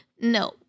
no